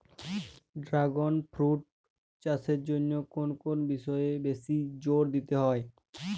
Dragon fruit চাষের জন্য কোন কোন বিষয়ে বেশি জোর দিতে হয়?